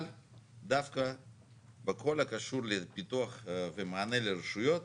אבל דווקא בכל הקשור בפיתוח ומענה לרשויות